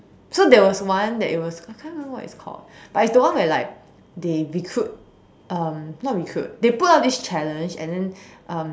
so there was one that it was I can't remember what it's called but it's the one where like they recruit um not recruit they put up this challenge and then um